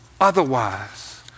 Otherwise